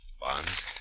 Bonds